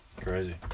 Crazy